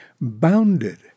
bounded